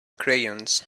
crayons